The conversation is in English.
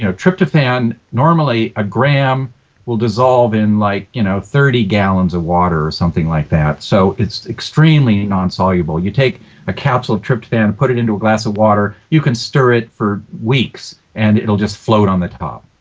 you know tryptophan, normally, a gram will dissolve in like you know thirty gallons of water or something like that. so it's extremely non-soluble. you take a capsule of tryptophan and put it into a glass of water, you can stir it for weeks and it will just float on the top.